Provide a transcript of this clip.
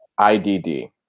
IDD